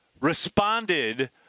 responded